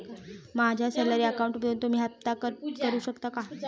माझ्या सॅलरी अकाउंटमधून तुम्ही हफ्ता कट करू शकता का?